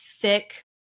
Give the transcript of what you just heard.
thick